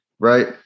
Right